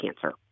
cancer